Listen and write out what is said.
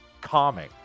calming